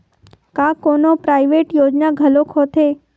का कोनो प्राइवेट योजना घलोक होथे?